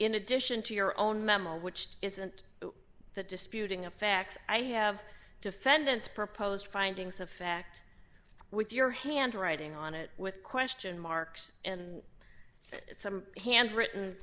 in addition to your own memo which isn't the disputing of facts i have defendants proposed findings of fact with your handwriting on it with question marks in some handwritten